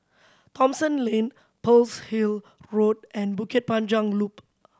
Thomson Lane Pearl's Hill Road and Bukit Panjang Loop